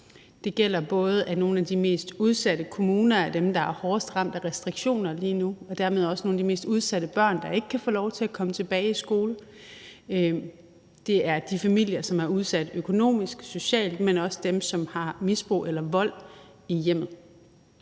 Det gælder både, at nogle af de mest udsatte kommuner er dem, der er hårdest ramt af restriktioner lige nu. Det er dermed også nogle af de mest udsatte børn, der ikke kan få lov til at komme tilbage i skole. Det er de familier, som er udsat økonomisk og socialt, men også dem, som har misbrug eller vold i hjemmet.